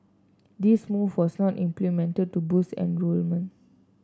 this move was not implemented to boost enrolment